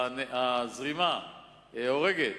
הזרימה הורגת